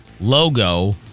logo